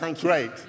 great